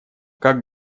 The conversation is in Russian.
как